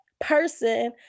person